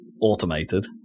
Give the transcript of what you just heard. automated